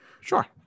Sure